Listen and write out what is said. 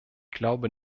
glaube